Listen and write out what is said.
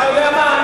אתה יודע מה?